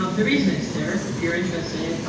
um the reason it's there if you're interested.